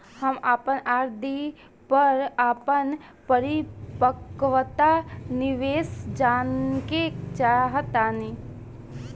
हम अपन आर.डी पर अपन परिपक्वता निर्देश जानेके चाहतानी